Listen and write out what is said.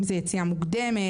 אם זה יציאה מוקדמת,